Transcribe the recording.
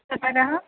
ततः